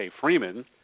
Freeman